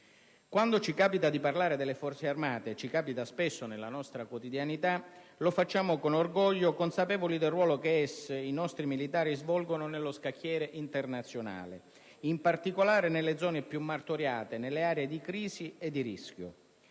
Quando ci capita di parlare delle Forze armate - e ci succede spesso nella nostra quotidianità - lo facciamo con orgoglio, consapevoli del ruolo che i nostri militari svolgono nello scacchiere internazionale, in particolare nelle zone più martoriate, nelle aree di crisi e di rischio.